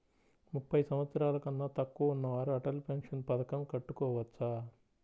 ముప్పై సంవత్సరాలకన్నా తక్కువ ఉన్నవారు అటల్ పెన్షన్ పథకం కట్టుకోవచ్చా?